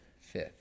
Fifth